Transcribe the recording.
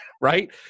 right